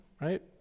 right